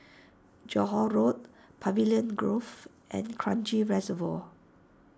Johore Road Pavilion Grove and Kranji Reservoir